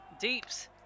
Deeps